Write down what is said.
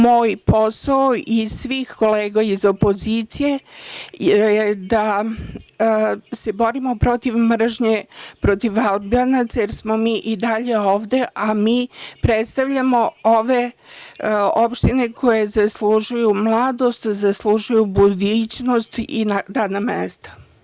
Moj posao i svih kolega iz opozicije je da se borimo protiv mržnje protiv Albanaca, jer smo mi i dalje ovde, a mi predstavljamo ove opštine koje zaslužuju mladost, zaslužuju budućnost i radna mesta.